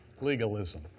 legalism